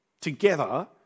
together